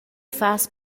fas